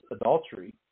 adultery